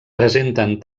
presenten